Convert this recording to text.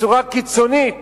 בצורה קיצונית